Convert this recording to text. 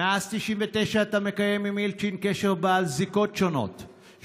"מאז 1999 אתה מקיים עם מילצ'ן קשר בעל זיקות שונות,